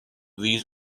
these